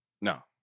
No